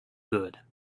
good